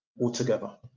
altogether